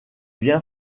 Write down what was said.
bien